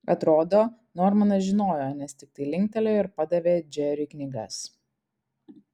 atrodo normanas žinojo nes tiktai linktelėjo ir padavė džeriui knygas